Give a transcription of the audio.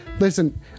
Listen